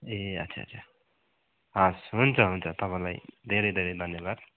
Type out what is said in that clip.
ए आच्छा आच्छा हवस् हुन्छ हुन्छ तपाईँलाई धेरै धेरै धन्यवाद